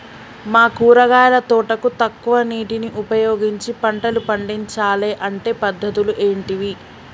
మా కూరగాయల తోటకు తక్కువ నీటిని ఉపయోగించి పంటలు పండించాలే అంటే పద్ధతులు ఏంటివి?